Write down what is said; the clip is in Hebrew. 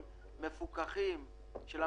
ואני תומך בעיקרון של תחרותיות.